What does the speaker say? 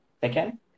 second